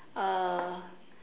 uh